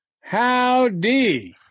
Howdy